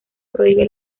prohíbe